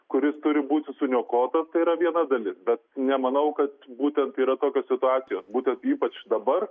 kuris turi būti suniokotas tai yra viena dalis bet nemanau kad būtent yra situacijos būtent ypač dabar